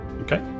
Okay